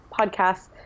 podcasts